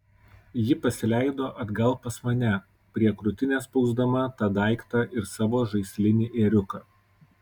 ji pasileido atgal pas mane prie krūtinės spausdama tą daiktą ir savo žaislinį ėriuką